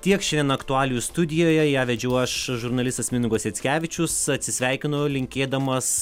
tiek šiandien aktualijų studijoje ją vedžiau aš žurnalistas mindaugas jackevičius atsisveikinu linkėdamas